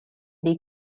dei